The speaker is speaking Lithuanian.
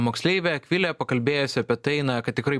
moksleivė akvilė pakalbėjusi apie tai na kad tikrai